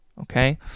okay